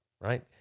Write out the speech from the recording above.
right